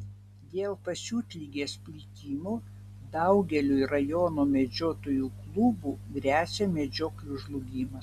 dėl pasiutligės plitimo daugeliui rajono medžiotojų klubų gresia medžioklių žlugimas